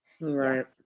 Right